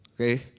okay